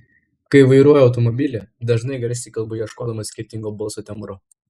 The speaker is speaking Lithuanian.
kai vairuoju automobilį dažnai garsiai kalbu ieškodama skirtingo balso tembro